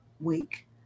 week